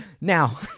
now